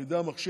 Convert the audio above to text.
על ידי המחשב,